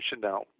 now